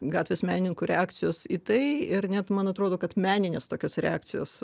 gatvės menininkų reakcijos į tai ir net man atrodo kad meninės tokios reakcijos